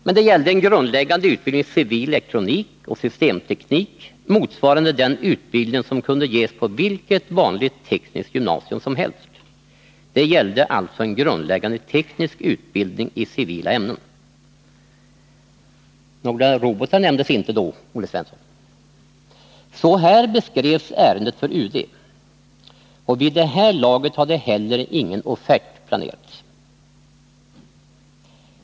Men det gällde en grundläggande utbildning i civil elektronik och systemteknik, motsvarande den utbildning som kunde ges på vilket vanligt tekniskt gymnasium som helst. Det gällde alltså en grundläggande teknisk utbildning i civila ämnen. Några robotar nämndes inte då, Olle Svensson. Så beskrevs ärendet för UD. Vid det här laget hade heller ingen offert planerats.